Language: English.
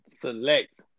select